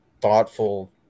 thoughtful